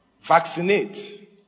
vaccinate